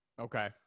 okay